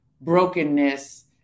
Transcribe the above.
brokenness